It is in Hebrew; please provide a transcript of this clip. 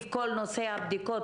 נסבלת ובלתי אפשרית וצריך למחוק